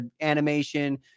animation